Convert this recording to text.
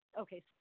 Okay